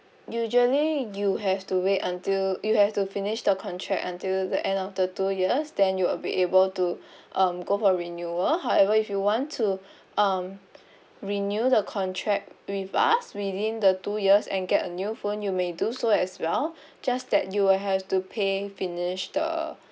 usually you have to wait until you have to finish the contract until the end of the two years then you will be able to um go for renewal however if you want to um renew the contract with us within the two years and get a new phone you may do so as well just that you will have to pay finish the